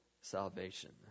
salvation